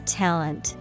talent